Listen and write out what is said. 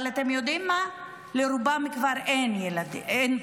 אבל אתם יודעים מה, לרובם כבר אין בתים.